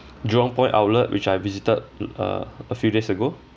jurong point outlet which I've visited uh a few days ago